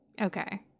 Okay